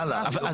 הלאה, יוראי.